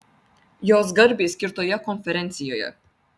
jos garbei skirtoje konferencijoje